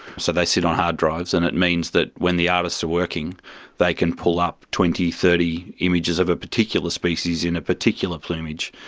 so they sit on hard drives, and it means that when the artists are working they can pull up twenty, thirty images of a particular species in a particular plumage,